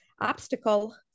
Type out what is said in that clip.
obstacle